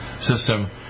system